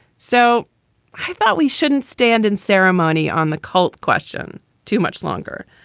so i thought we shouldn't stand in ceremony on the cult question too much longer.